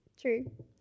True